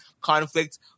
conflict